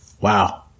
Wow